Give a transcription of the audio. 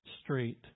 straight